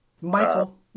Michael